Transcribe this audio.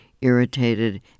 irritated